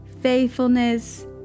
faithfulness